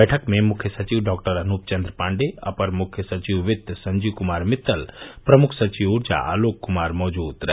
बैठक में मुख्य सचिव डॉक्टर अनूप चन्द पाण्डेय अपर मुख्य सचिव वित्त संजीव क्मार मित्तल प्रमुख सचिव ऊर्जा आलोक क्मार मौजूद रहे